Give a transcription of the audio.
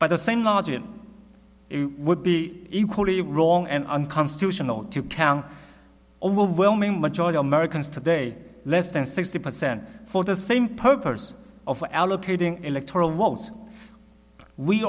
by the same logic would be equally wrong and unconstitutional to count overwhelming majority of americans today less than sixty percent for the same purpose of allocating electoral votes we